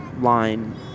line